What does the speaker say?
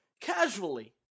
casually